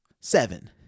Seven